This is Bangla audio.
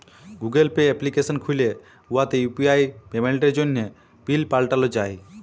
গুগল পে এপ্লিকেশল খ্যুলে উয়াতে ইউ.পি.আই পেমেল্টের জ্যনহে পিল পাল্টাল যায়